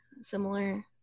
similar